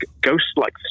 ghost-like